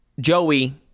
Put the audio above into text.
Joey